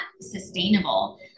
sustainable